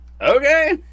Okay